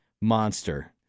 monster